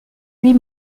huit